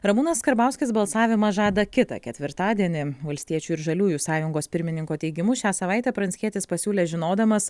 ramūnas karbauskis balsavimą žada kitą ketvirtadienį valstiečių ir žaliųjų sąjungos pirmininko teigimu šią savaitę pranckietis pasiūlė žinodamas